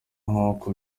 nk’uko